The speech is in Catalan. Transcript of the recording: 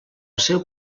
seu